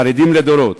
חרדים לדורות,